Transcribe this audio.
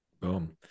Boom